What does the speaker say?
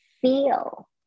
feel